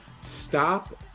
stop